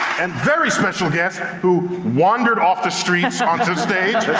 and very special guest, who wandered off the streets onto stage,